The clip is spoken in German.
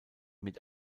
mit